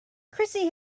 christy